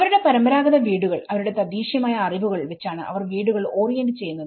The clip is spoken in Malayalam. അവരുടെ പരമ്പരാഗത വീടുകൾഅവരുടെ തദ്ദേശീയമായ അറിവുകൾ വെച്ചാണ് അവർ വീടുകൾ ഓറിയന്റ് ചെയ്യുന്നത്